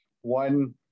one